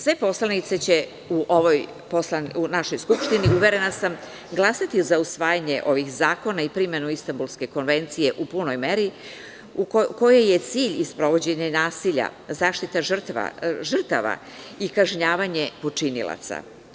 Sve poslanice će u našoj Skupštini, uverena sam, glasati za usvajanje ovih zakona i primenu Istambulske konvencije u punoj meri, kojoj je cilj i sprovođenje zaštite žrtava i kažnjavanje počinilaca.